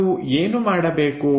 ನಾವು ಏನು ಮಾಡಬೇಕು